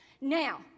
now